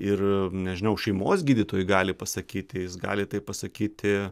ir nežinau šeimos gydytojui gali pasakyti jis gali tai pasakyti